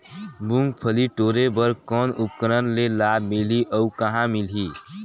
मुंगफली टोरे बर कौन उपकरण ले लाभ मिलही अउ कहाँ मिलही?